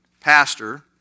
pastor